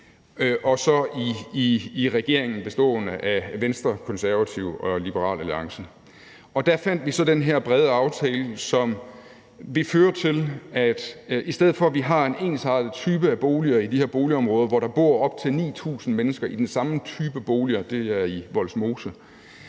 og i regeringen bestående af Venstre, Konservative og Liberal Alliance. Der kom vi så frem til den her brede aftale, som vil føre til, at i stedet for at vi har en ensartet type boliger i de her boligområder, hvor der bor op til 9.000 mennesker i den samme type boliger – det er